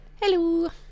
Hello